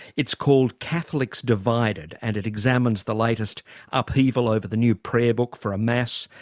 it's called catholics divided and it examines the latest upheaval over the new prayer book for a mass,